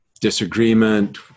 disagreement